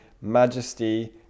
majesty